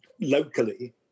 locally